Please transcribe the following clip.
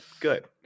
good